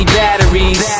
batteries